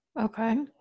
Okay